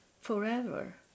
forever